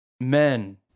men